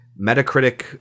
Metacritic